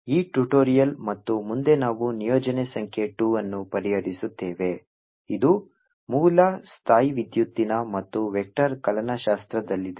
ಈ ಟ್ಯುಟೋರಿಯಲ್ ಮತ್ತು ಮುಂದೆ ನಾವು ನಿಯೋಜನೆ ಸಂಖ್ಯೆ 2 ಅನ್ನು ಪರಿಹರಿಸುತ್ತೇವೆ ಇದು ಮೂಲ ಸ್ಥಾಯೀವಿದ್ಯುತ್ತಿನ ಮತ್ತು ವೆಕ್ಟರ್ ಕಲನಶಾಸ್ತ್ರದಲ್ಲಿದೆ